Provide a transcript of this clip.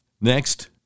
next